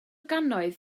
gannoedd